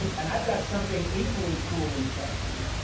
and i've got something equally cool and sexy,